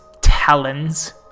talons